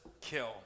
kill